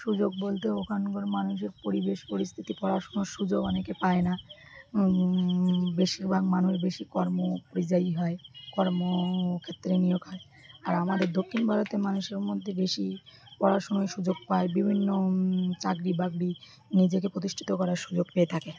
সুযোগ বলতে ওখানকার মানুষের পরিবেশ পরিস্থিতি পড়াশুনোর সুযোগ অনেকে পায় না বেশিরভাগ মানুষ বেশি কর্ম পরিযায়ী হয় কর্মক্ষ্ষেত্রে নিয়োগ হয় আর আমাদের দক্ষিণ ভারতের মানুষের মধ্যে বেশি পড়াশুনোর সুযোগ পায় বিভিন্ন চাকরি বাকরি নিজেকে প্রতিষ্ঠিত করার সুযোগ পেয়ে থাকে